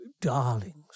darlings